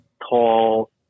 tall